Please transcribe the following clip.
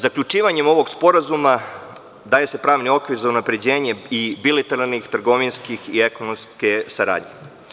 Zaključivanjem ovog sporazuma daje se pravni okvir za unapređenje bilateralne, trgovinske i ekonomske saradnje.